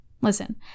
Listen